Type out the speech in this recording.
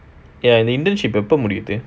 ya இந்த:intha internship எப்போ முடியுது::ppo mudiyuthu